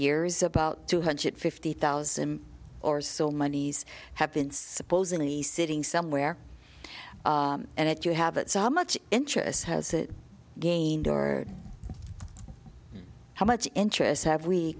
years about two hundred fifty thousand or so monies have been supposedly sitting somewhere and it you have it so much interest has it gained or how much interest have we